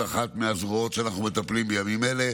שהיא עוד אחת מהזרועות שאנחנו מטפלים בהן בימים אלה.